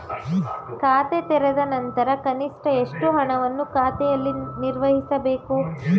ಖಾತೆ ತೆರೆದ ನಂತರ ಕನಿಷ್ಠ ಎಷ್ಟು ಹಣವನ್ನು ಖಾತೆಯಲ್ಲಿ ನಿರ್ವಹಿಸಬೇಕು?